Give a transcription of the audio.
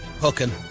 hooking